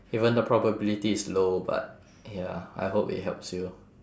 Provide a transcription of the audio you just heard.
even the probability is low but ya I hope it helps you